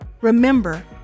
Remember